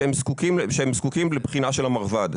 שהם זקוקים לבחינה של המרב"ד.